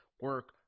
Work